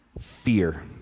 fear